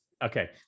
Okay